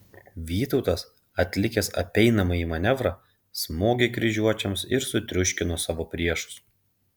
vytautas atlikęs apeinamąjį manevrą smogė kryžiuočiams ir sutriuškino savo priešus